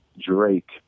Drake